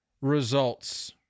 results